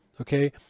Okay